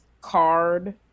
card